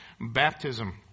baptism